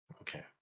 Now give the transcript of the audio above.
okay